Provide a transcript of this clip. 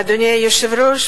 אדוני היושב-ראש,